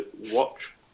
watch